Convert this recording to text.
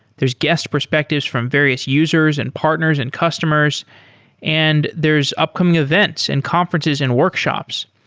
there're guest perspectives from various users and partners and customers and there is upcoming events and conferences and workshops.